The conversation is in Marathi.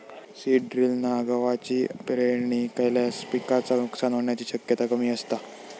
सीड ड्रिलना गवाची पेरणी केल्यास पिकाचा नुकसान होण्याची शक्यता कमी असता